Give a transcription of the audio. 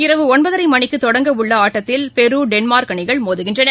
இரவு ஒன்பதரை மணிக்கு தொடங்கவுள்ள ஆட்டத்தில் பெரு டென்மார்க் அணிகள் மோகுகின்றன